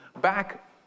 back